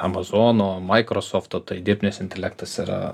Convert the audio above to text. amazono maikrosofto tai dirbtinis intelektas yra